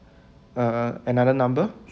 uh another number